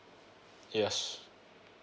yes